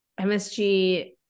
MSG